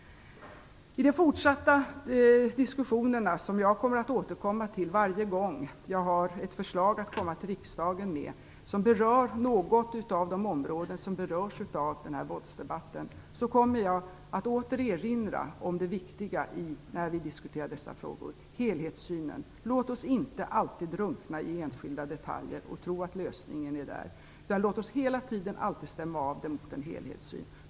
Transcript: I de fortsatta diskussionerna kommer jag att återkomma till detta varje gång som jag har ett förslag att lämna till riksdagen som gäller något av de områden som berörs av våldsdebatten, och jag kommer när vi diskuterar dessa frågor att åter erinra om det viktiga i helhetssynen. Låt oss inte alltid drunkna i enskilda detaljer och tro att lösningen ligger där. Låt oss hela tiden stämma av mot en helhetssyn.